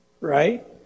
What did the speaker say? right